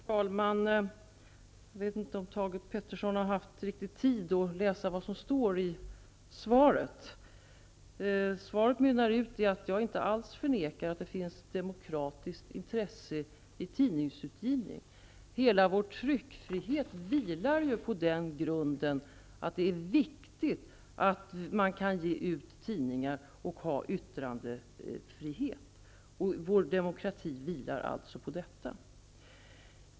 Herr talman! Jag vet inte om Thage G Peterson riktigt har haft tid att läsa vad som står i svaret. Svaret mynnar ut i att jag inte alls förnekar att det finns ett demokratiskt intresse i tidningsutgivning. Hela vår tryckfrihet vilar ju på att det är viktigt att man kan ge ut tidningar och ha yttrandefrihet. Vår demokrati vilar alltså på detta.